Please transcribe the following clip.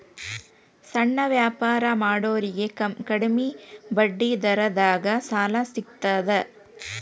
ಸಣ್ಣ ವ್ಯಾಪಾರ ಮಾಡೋರಿಗೆ ಕಡಿಮಿ ಬಡ್ಡಿ ದರದಾಗ್ ಸಾಲಾ ಸಿಗ್ತದಾ?